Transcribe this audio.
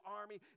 army